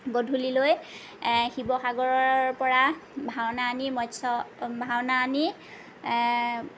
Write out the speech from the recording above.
গধূলিলৈ শিৱসাগৰৰ পৰা ভাওনা আনি মৎস্য় ভাওনা আনি